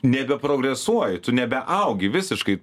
nebeprogresuoji tu nebeaugi visiškai